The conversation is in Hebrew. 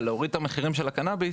על להוריד את המחירים של הקנביס